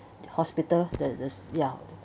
hospital the the this ya